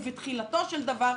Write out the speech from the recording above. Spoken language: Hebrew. ובתחילתו של דבר,